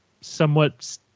somewhat